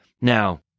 Now